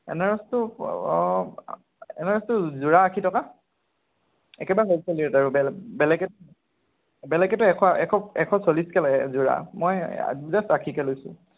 আনাৰসতো আনাৰসতো যোৰা আশী টকা একেটা হলচেল ৰেট আৰু বেলেগ বেলেগ বেলেগেতো এশ এশ এশ চল্লিচকে লয় যোৰা মই দুটাত আশীকে লৈছোঁ